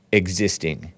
existing